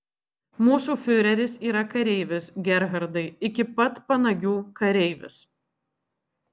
mūsų fiureris yra kareivis gerhardai iki pat panagių kareivis